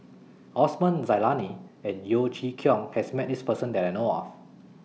Osman Zailani and Yeo Chee Kiong has Met This Person that I know of